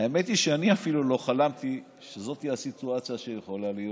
האמת היא שאני אפילו לא חלמתי שזאת תהיה הסיטואציה שיכולה להיות.